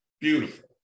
beautiful